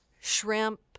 shrimp